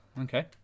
Okay